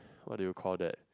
what do you called that